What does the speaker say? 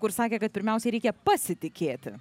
kur sakė kad pirmiausiai reikia pasitikėti